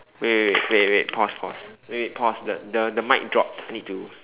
wait wait wait wait wait wait pause pause wait wait pause the the mic dropped I need to